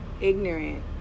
ignorant